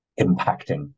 impacting